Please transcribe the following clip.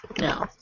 No